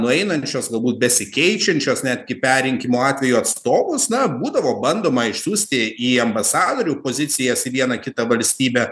nueinančios galbūt besikeičiančios netgi perrinkimo atveju atstovus na būdavo bandoma išsiųsti į ambasadorių pozicijas į vieną kitą valstybę